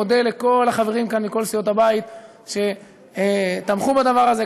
אני מודה לכל החברים כאן מכל סיעות הבית שתמכו בדבר הזה,